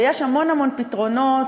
ויש המון המון פתרונות,